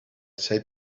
said